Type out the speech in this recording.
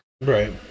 right